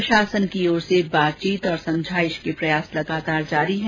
प्रशासन की ओर से बातचीत और समझाइश के प्रयास लगातार जारी है